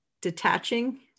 detaching